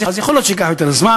אז יכול להיות שזה ייקח יותר זמן,